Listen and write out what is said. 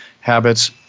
habits